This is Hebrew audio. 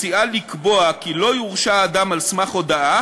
מציעה לקבוע כי לא יורשע אדם על סמך הודאה